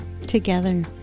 together